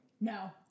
No